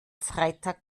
freitag